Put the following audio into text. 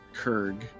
Kurg